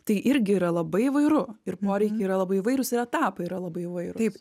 tai irgi yra labai įvairu ir poreikiai yra labai įvairūs ir etapai yra labai įvairūs